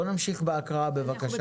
בואו נמשיך בהקראה, בבקשה.